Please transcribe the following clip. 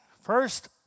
first